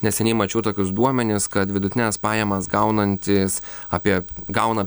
neseniai mačiau tokius duomenis kad vidutines pajamas gaunantys apie gauna